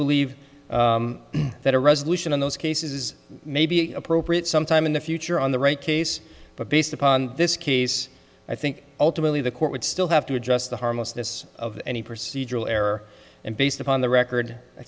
believe that a resolution in those cases may be appropriate sometime in the future on the right case but based upon this case i think ultimately the court would still have to adjust the harmlessness of any procedural error and based upon the record i